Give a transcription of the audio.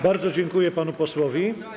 Bardzo dziękuję panu posłowi.